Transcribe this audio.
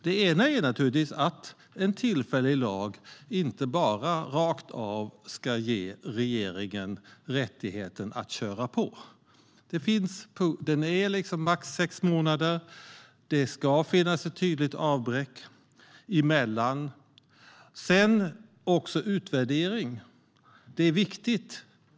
Den ena är att en tillfällig lag inte bara rakt av ska ge regeringen rättighet att köra på. Lagen gäller i max sex månader, och det ska finnas ett tydligt avbrott däremellan. Sedan handlar det om utvärdering.